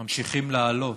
ממשיכים לעלות,